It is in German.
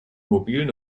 mobilen